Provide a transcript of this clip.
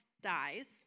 dies